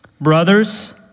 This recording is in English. Brothers